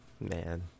Man